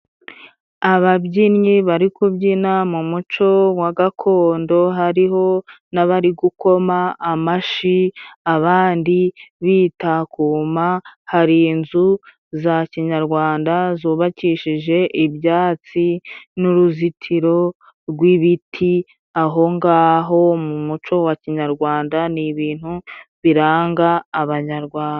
Ababyinnyi bari kubyina mu muco wa gakondo. Hariho n'abari gukoma amashi, abandi bitakuma. Hari inzu za kinyarwanda zubakishije ibyatsi, n'uruzitiro rw'ibiti. Ahongaho mu muco wa kinyarwanda ni ibintu biranga abanyarwanda.